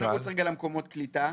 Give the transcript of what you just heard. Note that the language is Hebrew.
נתקדם למקומות קליטה.